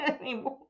anymore